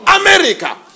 America